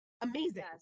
Amazing